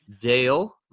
Dale